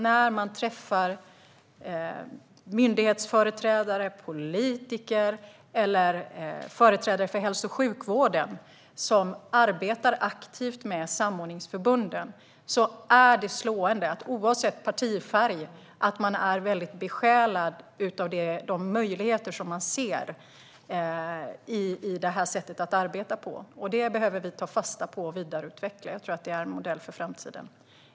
När man träffar myndighetsföreträdare, politiker eller företrädare för hälso och sjukvården som arbetar aktivt med samordningsförbunden är det slående att de oavsett partifärg är väldigt besjälade av de möjligheter som de ser i det här sättet att arbeta på. Det behöver vi ta fasta på och vidareutveckla. Jag tror att det är en modell för framtiden.